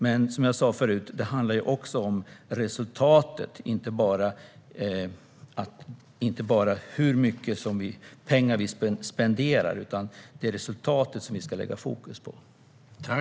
Men som jag sa förut handlar det också om att fokusera på resultatet, inte bara på hur mycket pengar vi spenderar.